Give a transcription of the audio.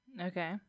Okay